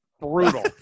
brutal